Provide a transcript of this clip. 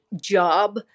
job